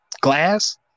Glass